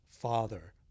Father